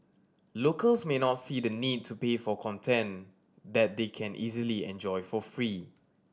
locals may not see the need to pay for content that they can easily enjoy for free